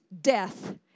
death